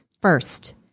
First